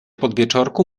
podwieczorku